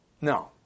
No